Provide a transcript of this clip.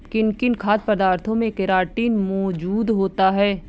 किन किन खाद्य पदार्थों में केराटिन मोजूद होता है?